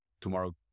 tomorrow